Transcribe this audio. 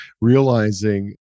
realizing